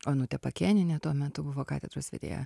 onutė pakėnienė tuo metu buvo katedros vedėja